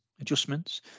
adjustments